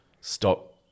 stop